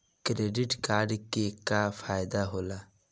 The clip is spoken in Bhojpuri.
क्रेडिट कार्ड के का फायदा होला?